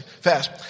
fast